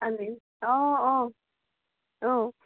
অঁ অঁ অঁ